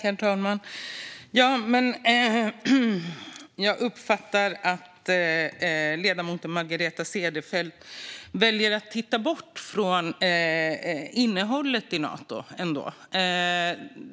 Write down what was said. Herr talman! Jag uppfattar att ledamoten Margareta Cederfelt väljer att titta bort från innehållet i Nato.